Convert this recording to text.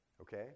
Okay